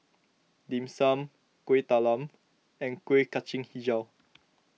Dim Sum Kuih Talam and Kuih Kacang HiJau